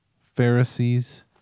Pharisees